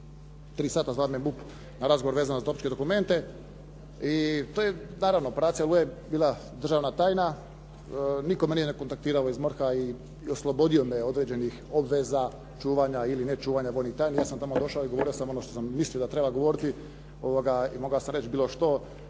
uz .../Govornik se ne razumije./... dokumente i to je naravno, operacija "Oluja" je bila državna tajna, nitko me nije kontaktirao iz MORH-a i oslobodio me određenih obveza čuvanja ili nečuvanja vojnih tajni. Ja sam tamo došao i govorio sam ono što sam mislio da treba govoriti i mogao sam reći bilo što,